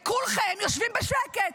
וכולכם יושבים בשקט.